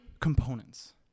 components